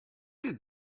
did